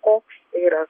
koks yra